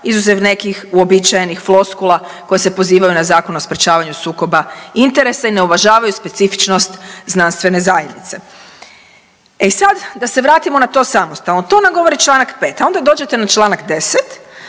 izuzev nekih uobičajenih floskula koje se pozivaju na Zakon o sprječavanju sukoba interesa i ne uvažavaju specifičnost znanstvene zajednice. E sad da se vratimo na to samostalno. To nam govori Članak 5., a onda dođete na Članak 10.